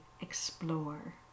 explore